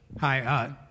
Hi